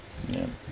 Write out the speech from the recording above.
yeah